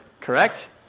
correct